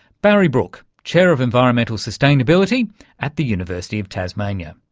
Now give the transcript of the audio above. barry brook, chair of environmental sustainability at the university of tasmania.